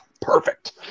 perfect